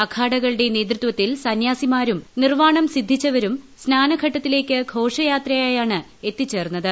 അഖാഡകളുടെ നേതൃത്വത്തിൽ സന്യാസിമാരും നിർവ്വാണം സിദ്ധിച്ചവരും സ്നാനഘട്ടത്തിലേയ്ക്ക് ഘോഷയാത്രയായാണ് എത്തിച്ചേർന്നത്